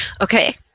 Okay